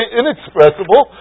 inexpressible